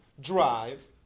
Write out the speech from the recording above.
drive